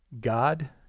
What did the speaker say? God